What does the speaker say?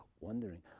wondering